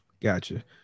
Gotcha